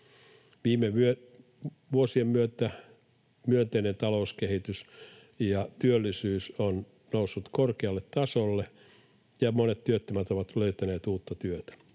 Viime vuosien myötä myönteinen talouskehitys ja työllisyys ovat nousseet korkealle tasolle ja monet työttömät ovat löytäneet uutta työtä.